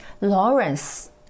Lawrence